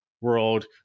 world